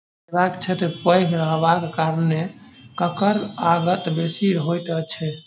सेवा क्षेत्र पैघ रहबाक कारणेँ करक आगत बेसी होइत छै